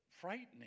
frightening